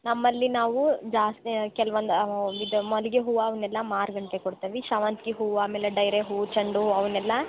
ನಮ್ಮಲ್ಲಿ ನಾವು ಜಾಸ್ತಿ ಕೆಲ್ವಂದು ಇದು ಮಲ್ಲಿಗೆ ಹೂವ ಅವನ್ನೆಲ್ಲ ಮಾರುಗಂಟೆ ಕೊಡ್ತೇವಿ ಸೇವಂತ್ಗಿ ಹೂವ ಆಮೇಲೆ ಡೈರೆ ಹೂ ಚಂಡು ಹೂ ಅವನ್ನೆಲ್ಲ